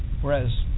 whereas